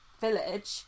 village